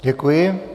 Děkuji.